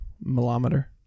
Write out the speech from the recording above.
millimeter